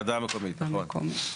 שומת הוועדה המקומית, נכון.